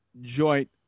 joint